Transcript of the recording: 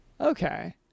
Okay